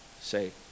Say